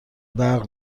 برق